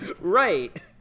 Right